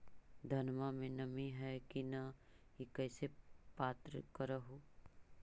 धनमा मे नमी है की न ई कैसे पात्र कर हू?